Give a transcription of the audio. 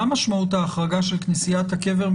מה משמעות ההחרגה של כנסיית הקבר,